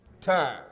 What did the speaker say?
Time